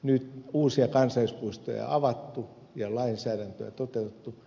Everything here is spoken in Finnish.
nyt uusia kansallispuistoja on avattu ja lainsäädäntöä toteutettu